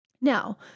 Now